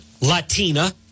Latina